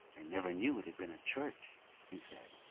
i never knew it had been a church he said.